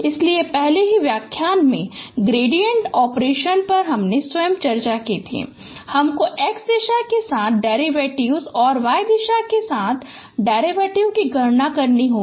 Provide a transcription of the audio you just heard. इसलिए पहले ही व्याख्यान में ग्रेडिएंट ऑपरेशंस पर हमने स्वयं चर्चा की थी हमको एक्स दिशा के साथ डेरिवेटिव और वाई दिशा के साथ डेरिवेटिव की गणना करनी होगी